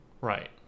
Right